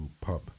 pub